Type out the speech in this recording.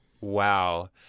Wow